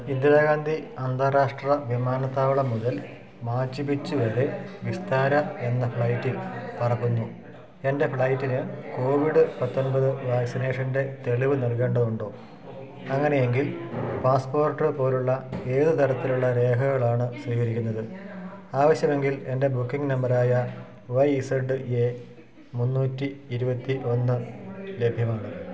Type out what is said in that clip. ഇന്ദിരാഗാന്ധി അന്താരാഷ്ട്ര വിമാനത്താവളം മുതൽ മാച്ചു പിച്ചു വരെ വിസ്താര എന്ന ഫ്ലൈറ്റിൽ പറക്കുന്നു എൻ്റെ ഫ്ലൈറ്റിന് കോവിഡ് പത്തൊൻപത് വാക്സിനേഷൻ്റെ തെളിവു നൽകേണ്ടതുണ്ടോ അങ്ങനെയെങ്കിൽ പാസ്പോർട്ട് പോലുള്ള ഏതു തരത്തിലുള്ള രേഖകളാണു സ്വീകരിക്കുന്നത് ആവശ്യമെങ്കിൽ എൻ്റെ ബുക്കിംഗ് നമ്പറായ വൈ ഇസെഡ് എ മുന്നൂറ്റി ഇരുപത്തി ഒന്ന് ലഭ്യമാണ്